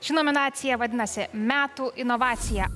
ši nominacija vadinasi metų inovacija